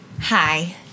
hi